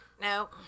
No